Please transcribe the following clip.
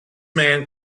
man